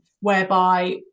whereby